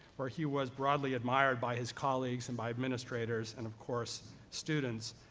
where he was broadly admired by his colleagues, and by administrators, and of course students.